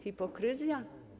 Hipokryzja?